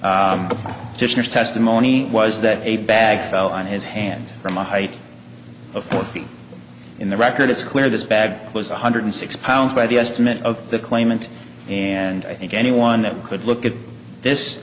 to testimony was that a bag fell on his hand from a height of four feet in the record it's clear this bag was one hundred six pounds by the estimate of the claimant and i think anyone that could look at this